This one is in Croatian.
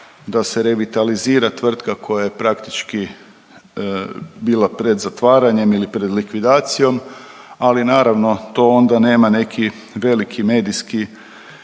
da se revitalizira tvrtka koja je praktički bila pred zatvaranjem ili pred likvidacijom ali naravno to onda nema neki veliki medijski